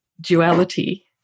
duality